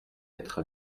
être